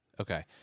Okay